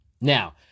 Now